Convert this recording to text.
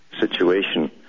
situation